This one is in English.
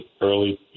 early